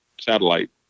satellite